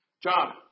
John